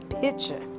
picture